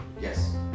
Yes